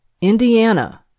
Indiana